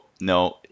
no